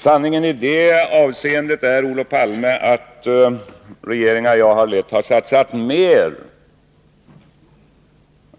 Sanningen i detta avseende, Olof Palme, är att de regeringar som jag har lett har satsat mer än